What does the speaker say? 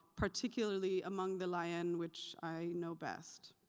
particularly among the layene, which i know best.